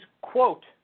quote